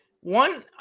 one